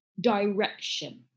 direction